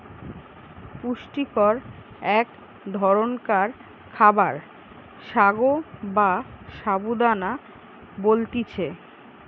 পুষ্টিকর এক ধরণকার খাবার সাগো বা সাবু দানা বলতিছে